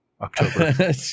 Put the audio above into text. October